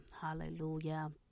Hallelujah